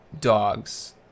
dogs